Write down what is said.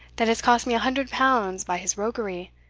that has cost me a hundred pounds by his roguery,